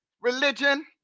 religion